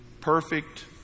perfect